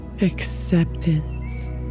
acceptance